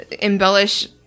embellish